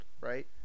right